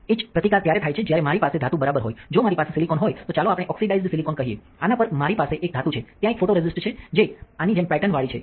H પ્રતિકાર ત્યારે થાય છે જ્યારે મારી પાસે ધાતુ બરાબર હોય જો મારી પાસે સિલિકોન હોય તો ચાલો આપણે ઓક્સિડાઇઝ્ડ સિલિકોનકહીએ આના પર મારી પાસે એક ધાતુ છે ત્યાં એક ફોટોરેસિસ્ટ છે જે આની જેમ પેટર્નવાળી છે